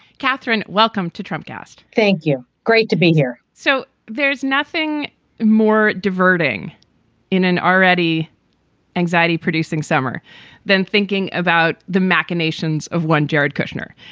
catherine, welcome to trump ghast. thank you. great to be here. so there's nothing more diverting in an already anxiety producing summer than thinking about the machinations of one jared kushner.